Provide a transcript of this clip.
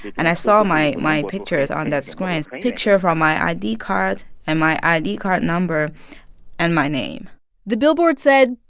and i saw my my pictures on that screen. picture from my id card, and my id card number and my name the billboard said,